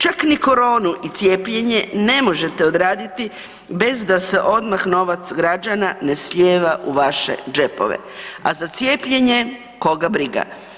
Čak niti koronu i cijepljenje ne možete odraditi bez da se odmah novac građana ne slijeva u vaše džepove, a za cijepljenje koga briga.